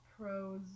Pros